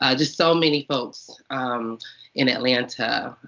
ah just so many folks in atlanta,